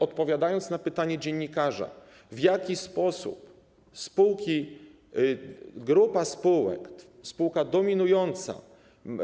Odpowiadając na pytanie dziennikarza, w jaki sposób spółki, grupa spółek, spółka dominująca.